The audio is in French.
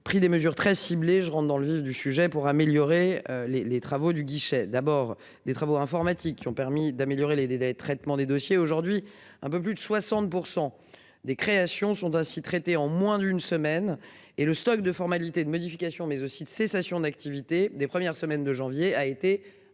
pris des mesures très ciblées, je rentre dans le vif du sujet pour améliorer les les travaux du guichet d'abord des travaux informatiques qui ont permis d'améliorer les délais de traitement des dossiers aujourd'hui un peu plus de 60% des créations sont ainsi traitées en moins d'une semaine et le stock de formalités de modifications mais aussi de cessation d'activité des premières semaines de janvier a été